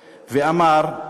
ואמר: